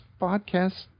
podcast